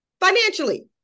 financially